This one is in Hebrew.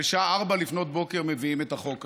בשעה 04:00, לפנות בוקר, מביאים את החוק הזה,